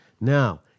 Now